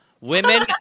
Women